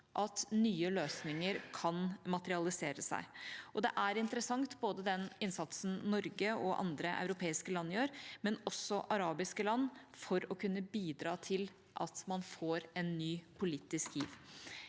at nye løsninger kan materialisere seg. Både den innsatsen Norge og andre europeiske land gjør, og den arabiske land gjør for å kunne bidra til at man får en ny politisk giv,